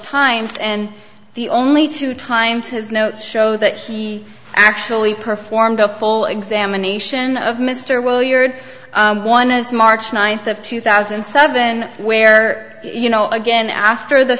times and the only two times his notes show that he actually performed a full examination of mr well you heard one is march ninth of two thousand and seven where you know again after the